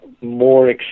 more